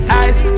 eyes